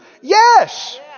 Yes